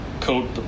coat